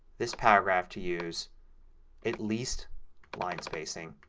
this paragraph to use at least line spacing.